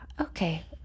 okay